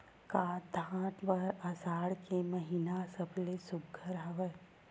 का धान बर आषाढ़ के महिना सबले सुघ्घर हवय?